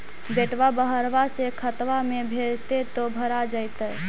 बेटा बहरबा से खतबा में भेजते तो भरा जैतय?